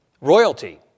Royalty